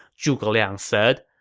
zhuge liang said,